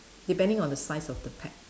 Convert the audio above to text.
depending on the size of the pet